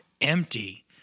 empty